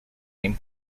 name